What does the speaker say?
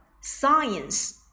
science